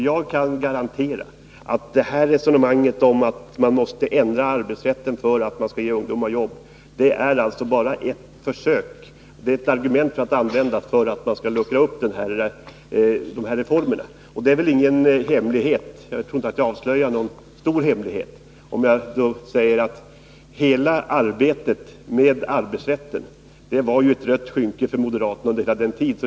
Jag kan garantera att resonemanget om att man måste ändra arbetsrätten för att ge ungdomar jobb bara är ett argument man använder för att försöka luckra upp de här reformerna. Jag tror inte att jag avslöjar någon stor hemlighet om jag säger att hela arbetet med arbetsrätten var ett rött skynke för moderaterna under hela den tid det genomfördes.